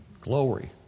Glory